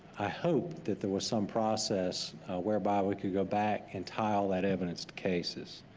i hope that there was some process whereby we could go back and tie all that evidence to cases.